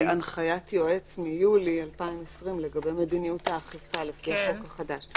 יש הנחיית יועץ מיולי 2020 לגבי מדיניות האכיפה לפי החוק החדש,